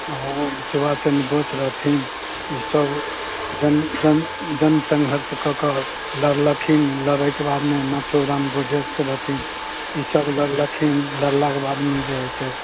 ओ सुभाषचन्द्र बोस रहथिन ईसब जन जन जनसङ्घर्ष कऽ कऽ लड़लखिन लड़ैके बादमे नाथुराम गोडसे रहथिन ईसब लड़लखिन लड़लाके बादमे जे हइ से